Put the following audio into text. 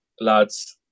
lads